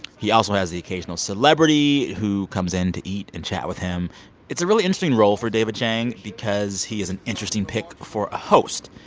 he also has the occasional celebrity who comes in to eat and chat with him it's a really interesting role for david chang because he is an interesting pick for a host.